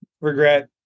regret